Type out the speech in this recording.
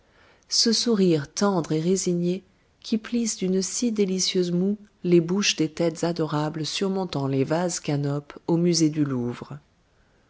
ce sourire tendre et résigné qui plisse d'une si délicieuse moue les bouches des têtes adorables surmontant les vases canopes au musée du louvre